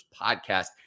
podcast